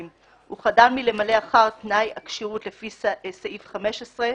הוא חדל מלמלא אחר תנאי הכשירות לפי סעיף 15,